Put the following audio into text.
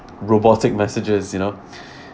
robotic messages you know